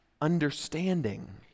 understanding